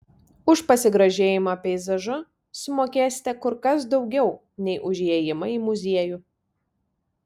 už pasigrožėjimą peizažu sumokėsite kur kas daugiau nei už įėjimą į muziejų